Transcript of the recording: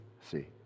See